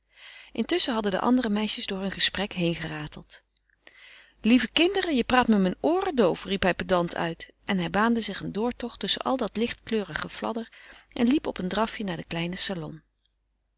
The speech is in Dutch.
intusschen hadden de andere meisjes door hun gesprek heengerateld lieve kinderen je praat me mijn ooren doof riep hij pedant uit en hij baande zich een doortocht tusschen al dat lichtkleurig gefladder en liep op een drafje naar den kleinen salon